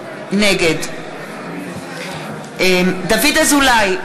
נגד דוד אזולאי,